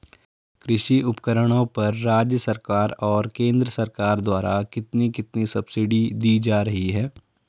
कृषि उपकरणों पर राज्य सरकार और केंद्र सरकार द्वारा कितनी कितनी सब्सिडी दी जा रही है?